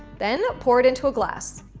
then pour it into a glass.